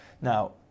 Now